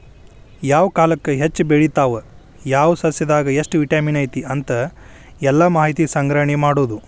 ಯಾವ ಕಾಲಕ್ಕ ಹೆಚ್ಚ ಬೆಳಿತಾವ ಯಾವ ಸಸ್ಯದಾಗ ಎಷ್ಟ ವಿಟಮಿನ್ ಐತಿ ಅಂತ ಎಲ್ಲಾ ಮಾಹಿತಿ ಸಂಗ್ರಹಣೆ ಮಾಡುದು